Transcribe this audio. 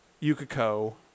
Yukiko